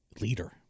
leader